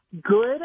good